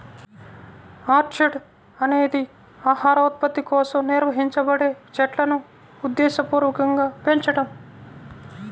orchard అనేది ఆహార ఉత్పత్తి కోసం నిర్వహించబడే చెట్లును ఉద్దేశపూర్వకంగా పెంచడం